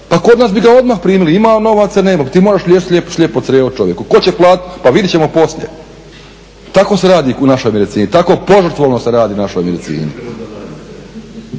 Pa kod nas bi ga odmah primili, ima on novaca ili nema, ti moraš liječiti slijepo crijevo čovjeku. Tko će platiti? Pa vidjet ćemo poslije. Tako se radi u našoj medicini, tako požrtvovno se radi u našoj medicini.